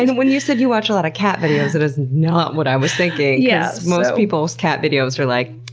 and when you said you watch a lot of cat videos, that is not what i was thinking. yeah most people's cat videos are like,